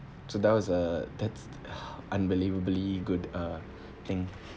to those uh that's unbelievably good uh thing